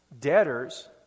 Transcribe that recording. debtors